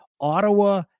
Ottawa